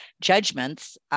judgments